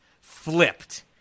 flipped